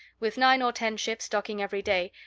with nine or ten ships docking every day,